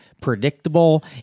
predictable